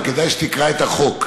וכדאי שתקרא את החוק,